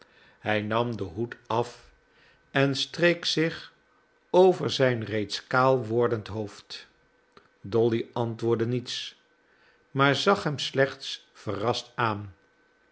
hij nam den hoed af en streek zich over zijn reeds kaal wordend hoofd dolly antwoordde niets maar zag hem slechts verrast aan